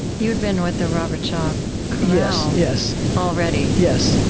you'd been with the robert shaw chorale, yes, yes, already yes.